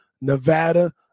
Nevada